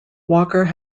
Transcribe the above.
walker